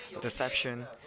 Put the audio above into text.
deception